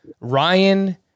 Ryan